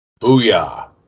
Booyah